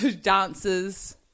Dances